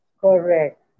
Correct